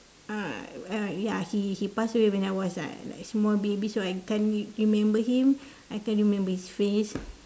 uh ya he he passed away when I was uh like small baby so I can't remember him I can't remember his face